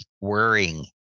worrying